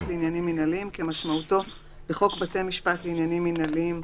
לעניינים מינהליים כמשמעותו בחוק בית משפט לעניינים מינהליים,